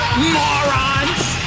morons